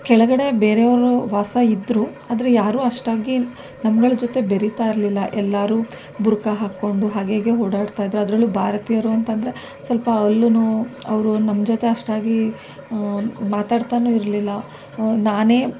ಕೆಳಗಡೆ ಬೇರೆಯವರು ವಾಸ ಇದ್ದರು ಆದರೆ ಯಾರೂ ಅಷ್ಟಾಗಿ ನಮ್ಗಳ ಜೊತೆ ಬೆರಿತಾ ಇರಲಿಲ್ಲ ಎಲ್ಲರೂ ಬುರ್ಕಾ ಹಾಕೊಂಡು ಹಾಗೆ ಹೀಗೆ ಓಡಾಡ್ತಾ ಇದ್ದರು ಅದ್ರಲ್ಲೂ ಭಾರತೀಯರು ಅಂತ ಅಂದ್ರೆ ಸ್ವಲ್ಪ ಅಲ್ಲೂನೂ ಅವರು ನಮ್ಮ ಜೊತೆ ಅಷ್ಟಾಗಿ ಮಾತಾಡ್ತಾಲೂ ಇರಲಿಲ್ಲ ನಾನೇ